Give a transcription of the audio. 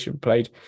played